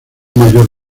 mayor